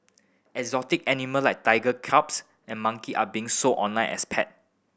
exotic animal like tiger cubs and monkey are being sold online as pet